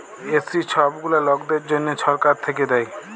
SC ছব গুলা লকদের জ্যনহে ছরকার থ্যাইকে দেয়